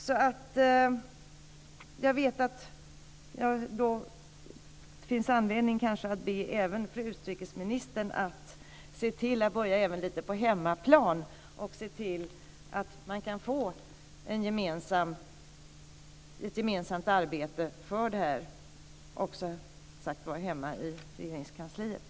Det finns kanske anledning att be även fru utrikesministern att se till att också på hemmaplan lite grann börja se till att man kan få ett gemensamt arbete för det här - alltså också hemma i Regeringskansliet.